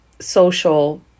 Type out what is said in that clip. social